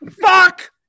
Fuck